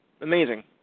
amazing